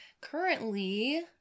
currently